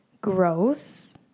gross